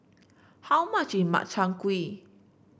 how much is Makchang Gui